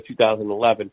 2011